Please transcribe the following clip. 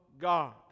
God